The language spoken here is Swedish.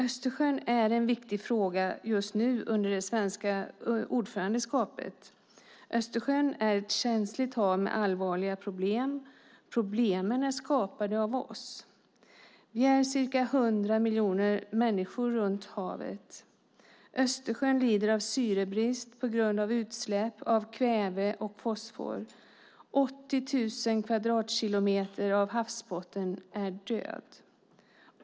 Östersjön är en viktig fråga just nu under det svenska ordförandeskapet. Östersjön är ett känsligt hav med allvarliga problem. Problemen är skapade av oss. Vi är ca 100 miljoner människor runt havet. Östersjön lider av syrebrist på grund av utsläpp av kväve och fosfor. 80 000 kvadratkilometer av havsbotten är död.